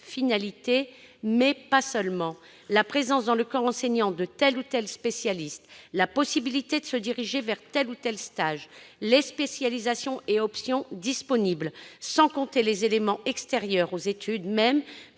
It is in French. finalité, mais pas seulement. La présence, dans le corps enseignant, de tels ou tels spécialistes, la possibilité de se diriger vers tel ou tel stage, les spécialisations et options disponibles, sans compter les éléments extérieurs aux études mêmes,